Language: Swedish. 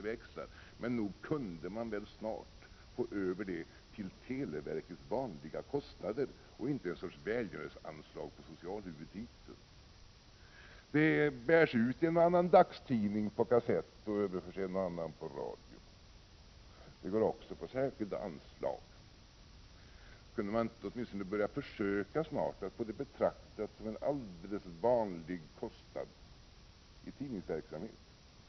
Men nog kunde man väl snart få över det till televerkets vanliga kostnader och inte ha ett slags välgörenhetsanslag på socialhuvudtiteln! Det bärs ut en och annan dagstidning på kassett och överförs en och annan på radio. Det går också på särskilda anslag. Kunde man inte snart åtminstone börja försöka att få det betraktat som en alldeles vanlig kostnad i tidningsverksamhet?